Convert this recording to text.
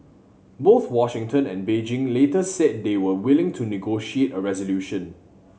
both Washington and Beijing later said they were willing to negotiate a resolution